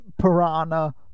piranha